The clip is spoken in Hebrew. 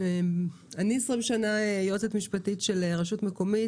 אני 20 שנה יועצת משפטית של רשות מקומית,